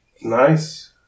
Nice